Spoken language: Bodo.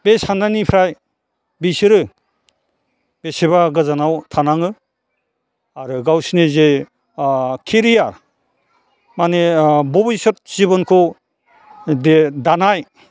बे साननायनिफ्राय बिसोरो बेसेबा गोजानाव थानाङो आरो गावसिनि जे केरियार माने भबिसद जिबनखौ बे दानाय